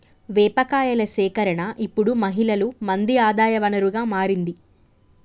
వేప కాయల సేకరణ ఇప్పుడు మహిళలు మంది ఆదాయ వనరుగా మారింది